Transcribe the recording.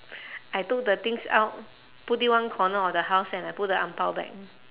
I took the things out put it one corner of the house and I put the ang bao back